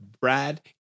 Brad